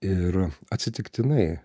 ir atsitiktinai